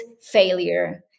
failure